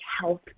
health